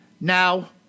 Now